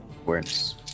Awareness